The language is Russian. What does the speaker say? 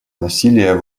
насилия